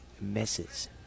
misses